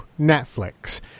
Netflix